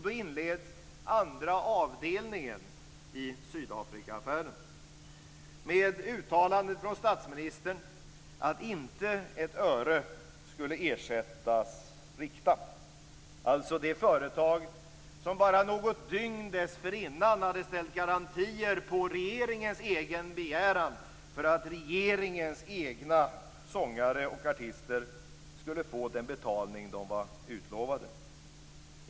Då inleds andra avdelningen i Sydafrikaaffären, med uttalandet från statsministern att inte ett öre skulle ersättas Rikta, alltså det företag som bara något dygn dessförinnan hade ställt garantier på regeringens egen begäran för att regeringens egna sångare och artister skulle få den betalning de var utlovade.